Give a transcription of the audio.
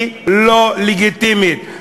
היא לא לגיטימית,